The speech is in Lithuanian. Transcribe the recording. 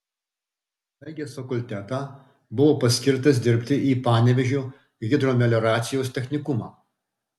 baigęs fakultetą buvo paskirtas dirbti į panevėžio hidromelioracijos technikumą